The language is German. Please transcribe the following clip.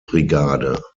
brigade